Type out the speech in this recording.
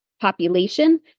population